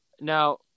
Now